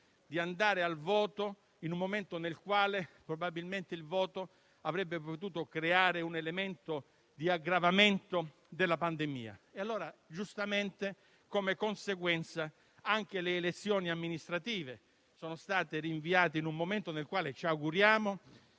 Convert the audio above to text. di andare al voto in un momento nel quale, probabilmente, il voto avrebbe potuto creare un elemento di aggravamento della pandemia. Giustamente, come conseguenza, anche le elezioni amministrative sono state rinviate, in un momento nel quale ci auguriamo